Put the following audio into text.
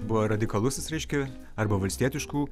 buvo radikalusis reiškia arba valstietiškų